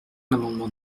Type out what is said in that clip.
l’amendement